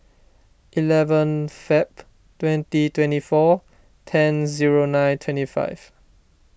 eleven Feb twenty twenty four ten zero nine twenty five